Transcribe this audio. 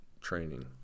training